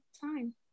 time